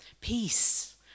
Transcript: peace